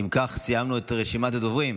אם כך, סיימנו את רשימת הדוברים.